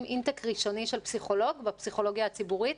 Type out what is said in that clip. אינטק ראשוני של פסיכולוג בפסיכולוגיה הציבורית?